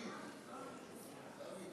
תודה לך.